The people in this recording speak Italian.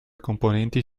componenti